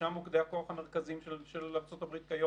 איך זה נעשה